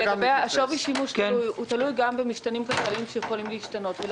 לגבי השווי שימוש הוא תלוי גם במשתנים כלכליים שיכולים להשתנות.